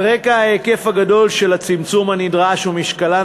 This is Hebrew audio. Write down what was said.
על רקע ההיקף הגדול של הצמצום הנדרש ומשקלן